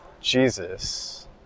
Jesus